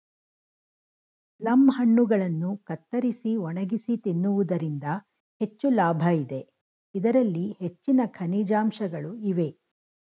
plum ಹಣ್ಣುಗಳನ್ನು ಕತ್ತರಿಸಿ ಒಣಗಿಸಿ ತಿನ್ನುವುದರಿಂದ ಹೆಚ್ಚು ಲಾಭ ಇದೆ, ಇದರಲ್ಲಿ ಹೆಚ್ಚಿನ ಖನಿಜಾಂಶಗಳು ಇವೆ